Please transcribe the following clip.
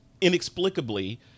inexplicably